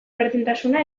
berdintasuna